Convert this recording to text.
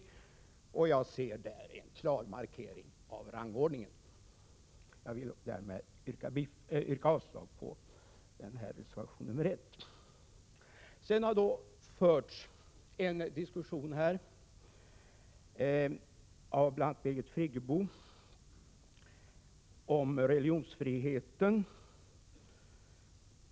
Jag ser detta som en klar markering av rangordningen. Jag vill därmed yrka avslag på reservation 1. Vidare har här förts en diskussion, bl.a. av Birgit Friggebo, om religionsfriheten.